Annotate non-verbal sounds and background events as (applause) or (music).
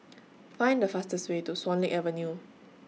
(noise) Find The fastest Way to Swan Lake Avenue